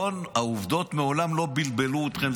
העובדות מעולם לא בלבלו אתכם.